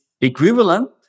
equivalent